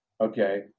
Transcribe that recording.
okay